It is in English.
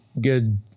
good